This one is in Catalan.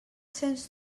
sents